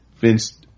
Vince